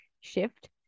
shift